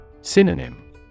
Synonym